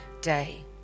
day